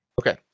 Okay